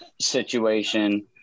situation